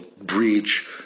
breach